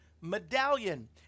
medallion